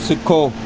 ਸਿੱਖੋ